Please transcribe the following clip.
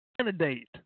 candidate